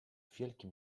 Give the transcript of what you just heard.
wielkim